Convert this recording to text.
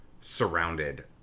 surrounded